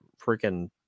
freaking